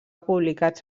publicats